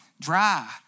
dry